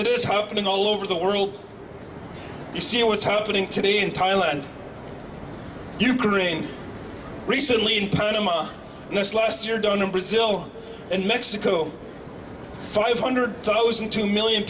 it is happening all over the world you see what's happening today in thailand ukraine recently in panama nice last year done in brazil and mexico five hundred thousand two million